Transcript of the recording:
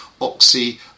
oxy